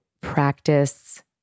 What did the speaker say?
practice